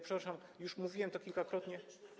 Przepraszam, już mówiłem to kilkakrotnie.